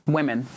Women